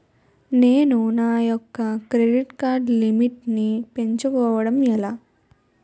నేను నా యెక్క క్రెడిట్ కార్డ్ లిమిట్ నీ పెంచుకోవడం ఎలా?